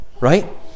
right